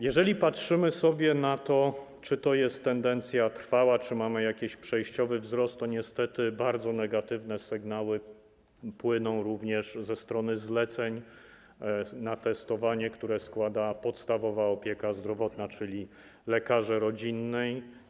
Jeżeli patrzymy sobie na to, czy to jest tendencja trwała, czy mamy jakiś przejściowy wzrost, to niestety bardzo negatywne sygnały płyną również ze strony zleceń na testowanie, które składa podstawowa opieka zdrowotna, czyli lekarze rodzinni.